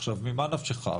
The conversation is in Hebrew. עכשיו, ממה נפשך?